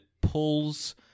pulls